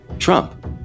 Trump